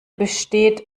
besteht